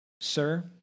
Sir